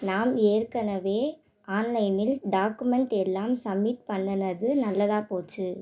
நாம் ஏற்கனவே ஆன்லைனில் டாக்குமெண்ட் எல்லாம் சப்மிட் பண்ணினது நல்லதாக போச்சு